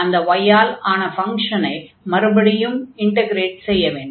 அந்த y ஆல் ஆன ஃப்ங்ஷனை மறுபடியும் இன்டக்ரேட் செய்ய வேண்டும்